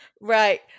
Right